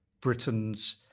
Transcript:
Britain's